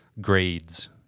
grades